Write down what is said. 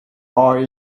are